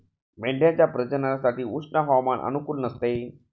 मेंढ्यांच्या प्रजननासाठी उष्ण हवामान अनुकूल नसते